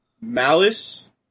Malice